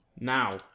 Now